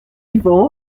divan